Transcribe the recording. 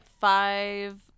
five